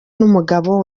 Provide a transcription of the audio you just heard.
n’umugabo